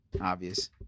obvious